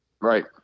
Right